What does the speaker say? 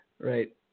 Right